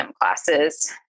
classes